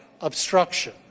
obstruction